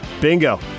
Bingo